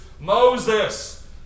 Moses